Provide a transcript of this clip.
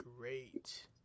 great